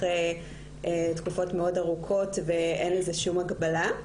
תקופות מאוד ארוכות ואין לזה שום הגבלה,